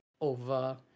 over